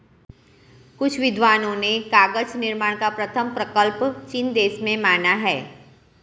कुछ विद्वानों ने कागज निर्माण का प्रथम प्रकल्प चीन देश में माना है